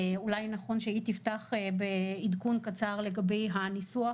אולי נכון שהיא תפתח בעדכון קצר לגבי הניסוח